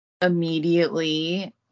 Immediately